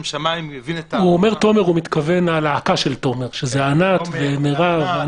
הוא מתכוון - הלהקה של תומר ענת, מירב.